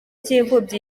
cy’imfubyi